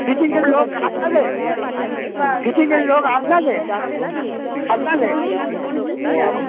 ফিটিংয়ের লোক আপনাদের ফিটিংয়ের লোক আপনাদের আপনাদের ও